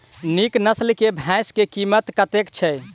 नीक नस्ल केँ भैंस केँ कीमत कतेक छै?